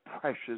precious